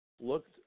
looked